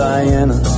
Diana